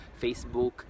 Facebook